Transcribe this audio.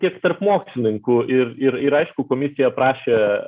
tiek tarp mokslininkų ir ir ir aišku komisija prašė